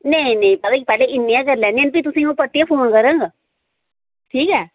नेईं नेईं पता केह् पैह्लें इ'न्ने गै करी लैन्ने आं ते फ्ही तुसें आं'ऊ परतियै फोन करङ ठीक ऐ